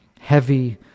heavy